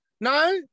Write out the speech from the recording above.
No